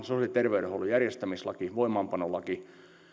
terveydenhuollon järjestämislaki voimaanpanolaki